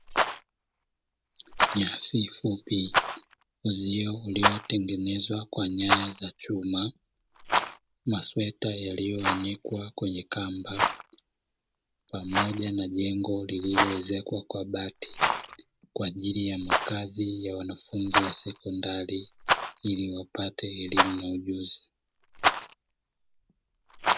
Nyasi fupi, uzio uliotengenezwa kwa nyaya za chuma, masweta yaliyoanikwa kwenye kamba, pamoja na jengo lililoezekwa kwa bati kwa ajili ya makazi ya wanafunzi wa sekondari, ili wapate elimu na ujuzi.